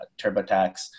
TurboTax